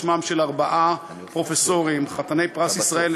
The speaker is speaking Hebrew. בשמם של ארבעה פרופסורים חתני פרס ישראל,